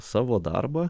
savo darbą